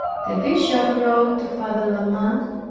the bishop wrote to father la mothe,